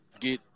get